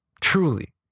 truly